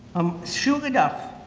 um sure enough,